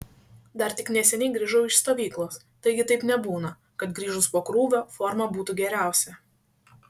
dar tik neseniai grįžau iš stovyklos taigi taip nebūna kad grįžus po krūvio forma būtų geriausia